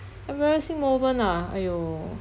embarrassing moment ah !aiyo!